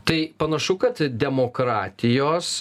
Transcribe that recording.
tai panašu kad demokratijos